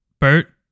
bert